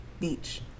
beach